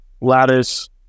Lattice